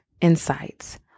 insights